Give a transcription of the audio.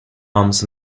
arms